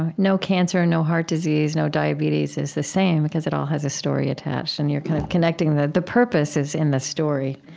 ah no cancer and no heart disease, no diabetes is the same because, it all has a story attached, and you're kind of connecting the the purpose is in the story,